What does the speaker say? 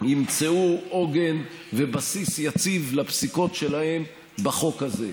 ימצאו עוגן ובסיס יציב לפסיקות שלהן בחוק הזה.